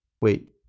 Wait